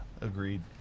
agreed